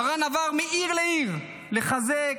מרן עבר מעיר לעיר לחזק,